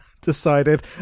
decided